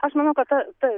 aš manau kad ta ta